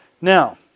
Now